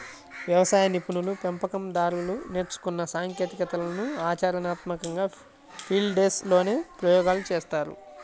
వ్యవసాయ నిపుణులు, పెంపకం దారులు నేర్చుకున్న సాంకేతికతలను ఆచరణాత్మకంగా ఫీల్డ్ డేస్ లోనే ప్రయోగాలు చేస్తారు